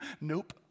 Nope